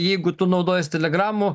jeigu tu naudojies telegramu